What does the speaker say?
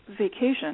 vacation